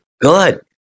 good